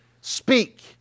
Speak